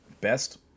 best